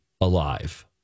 alive